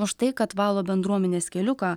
už tai kad valo bendruomenės keliuką